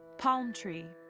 palm tree.